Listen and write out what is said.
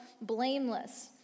blameless